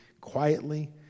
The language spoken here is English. quietly